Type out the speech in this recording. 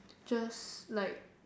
just like